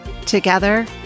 Together